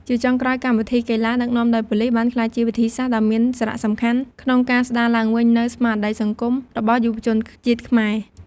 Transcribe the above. ជាចុងក្រោយ កម្មវិធីកីឡាដឹកនាំដោយប៉ូលីសបានក្លាយជាវិធីសាស្ត្រដ៏មានសារសំខាន់ក្នុងការស្ដារឡើងវិញនូវស្មារតីសង្គមរបស់យុវជនជាតិខ្មែរ។